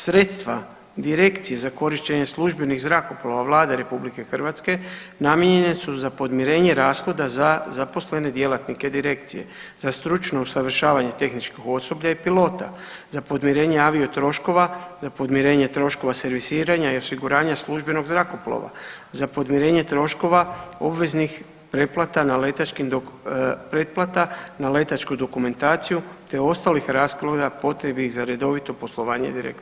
Sredstva direkcije za korištenje službenih zrakoplova Vlade RH namijenjena su za podmirenje rashoda za zaposlene djelatnike direkcije, za stručno usavršavanje tehničkog osoblja i pilota, za podmirenje avio troškova, za podmirenje troškova servisiranja i osiguranja službenog zrakoplova, za podmirenje troškova obveznih pretplata na letačkoj dokumentaciju te ostalih rashoda potrebnih za redovito poslovanje direkcija.